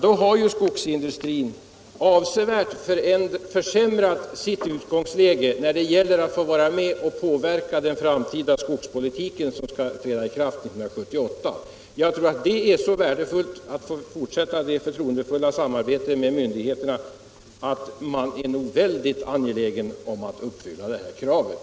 Då har skogsindustrin avsevärt försämrat sitt utgångsläge när det gäller att vara med och påverka den framtida skogspolitiken, som skall börja bedrivas 1978. Jag tror att det är så värdefullt för skogsindustrin att få fortsätta det förtroendefulla samarbetet med myndigheterna att man nog är väldigt angelägen att uppfylla det här kravet.